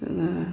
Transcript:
जोङो